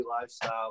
lifestyle